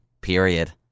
period